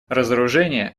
разоружение